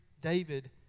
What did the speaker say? David